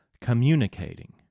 communicating